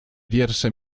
wiersze